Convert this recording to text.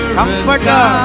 Comforter